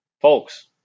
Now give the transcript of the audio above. folks